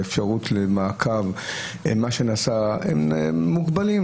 האפשרות למעקב הם מוגבלים.